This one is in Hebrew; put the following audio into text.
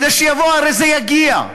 הרי זה יגיע,